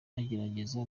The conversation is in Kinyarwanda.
bagerageza